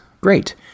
Great